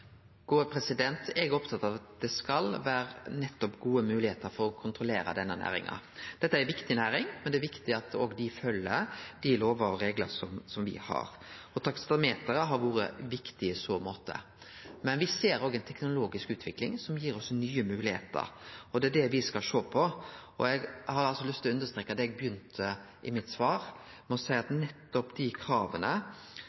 Eg er opptatt av at det skal vere gode moglegheiter for å kontrollere denne næringa. Dette er ei viktig næring, og det er viktig at dei følgjer dei lover og reglar som me har. Taksameteret har vore viktig i så måte. Men me ser også ei teknologisk utvikling som gir oss nye moglegheiter. Det er det me skal sjå på. Eg har lyst til å understreke at eg begynte mitt svar